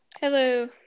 Hello